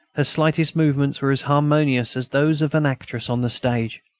her slightest movements were as harmonious as those of an actress on the stage.